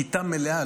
כיתה מלאה,